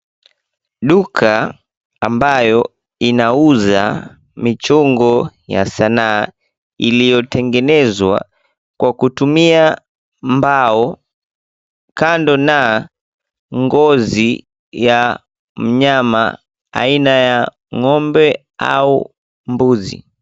Duka ambayo inauza michongo ya sanaa iliyotengenezwa kwa kutumia mbao, kando na ngozi ya mnyama aina ya ng'ombe au mbuzi.